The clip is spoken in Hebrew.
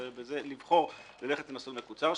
לבחור ללכת למסלול מקוצר,